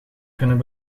kunnen